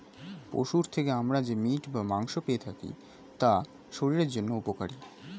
পশুর থেকে আমরা যে মিট বা মাংস পেয়ে থাকি তা শরীরের জন্য উপকারী